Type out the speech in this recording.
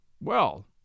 Well